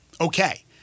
okay